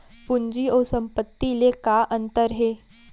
पूंजी अऊ संपत्ति ले का अंतर हे?